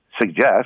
suggest